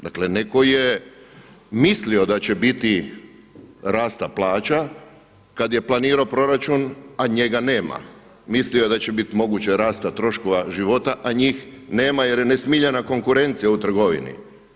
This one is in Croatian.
Dakle netko je mislio da će biti rasta plaća, kada je planirao proračun a njega nema, mislio je da će biti moguće rasta troškova života a njih nema jer je nesmiljena konkurencija u trgovini.